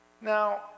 Now